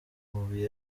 mabuye